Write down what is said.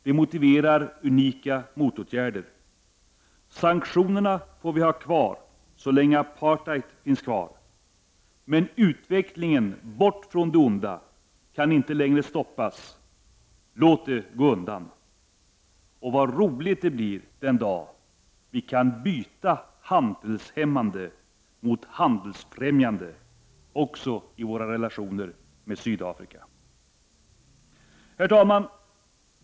Det motiverar unika motåtgärder. Sanktionerna får vi ha kvar så länge apartheid finns kvar. Utvecklingen bort från det onda kan emellertid inte längre stoppas. Låt det gå undan! Vad roligt det blir den dag när vi kan byta handelshämmande mot handelsfrämjande också i våra relationer med Sydafrika. Herr talman!